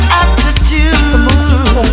attitude